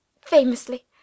Famously